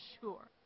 Sure